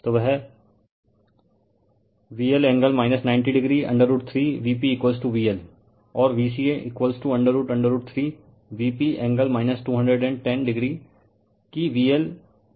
तो वह VL angle 90o√3 VpVL और Vca√√3 Vp एंगल 210o कि VL एंगल 210o हैं